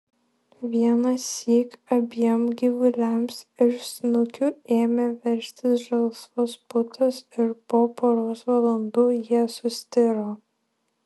vienąsyk abiem gyvuliams iš snukių ėmė veržtis žalsvos putos ir po poros valandų jie sustiro